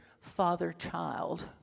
father-child